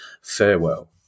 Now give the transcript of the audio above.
farewell